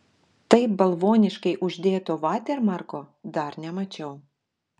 taip balvoniškai uždėto vatermarko dar nemačiau